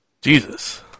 Jesus